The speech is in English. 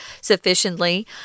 sufficiently